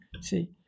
see